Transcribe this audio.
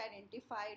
identified